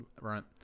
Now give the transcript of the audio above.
Right